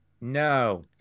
no